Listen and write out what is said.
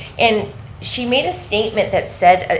and she made a statement that said, ah